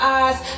eyes